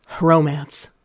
Romance